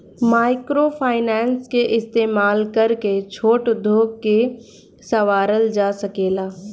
microfinance के इस्तमाल करके छोट उद्योग के सवारल जा सकेला